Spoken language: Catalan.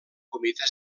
comitè